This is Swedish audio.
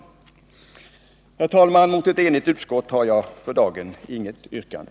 Herr talman! Mot ett enigt utskott har jag för dagen inget yrkande.